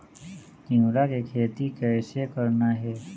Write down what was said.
तिऊरा के खेती कइसे करना हे?